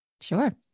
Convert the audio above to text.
Sure